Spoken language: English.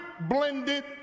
blended